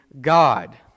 God